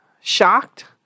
shocked